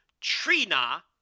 Trina